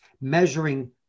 measuring